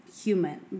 human